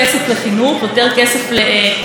הרבה פעמים זה מגיע יחד עם אלימות כלכלית,